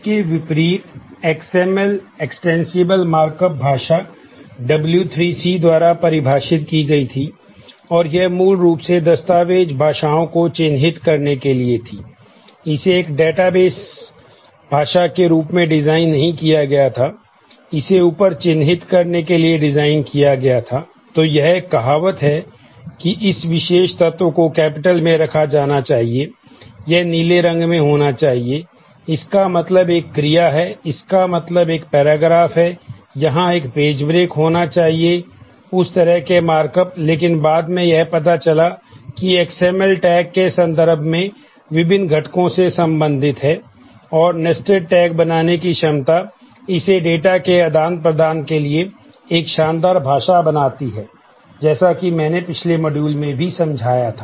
इसके विपरीत XML में भी समझाया था